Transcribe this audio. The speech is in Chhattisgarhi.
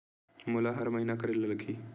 मोला हर महीना करे ल लगही?